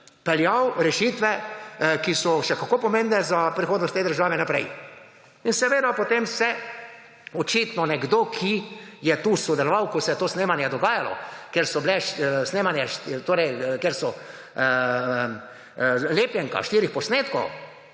peljal rešitev, ki so še kako pomembne za prihodnost te države, naprej. In seveda potem se je očitno nekdo, ki je tu sodeloval, ko se je to snemanje dogajalo, ker to je lepljenka štirih posnetkov,